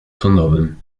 sądowym